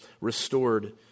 restored